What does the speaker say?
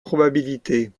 probabilités